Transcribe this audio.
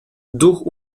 duch